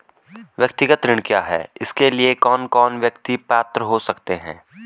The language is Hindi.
व्यक्तिगत ऋण क्या है इसके लिए कौन कौन व्यक्ति पात्र हो सकते हैं?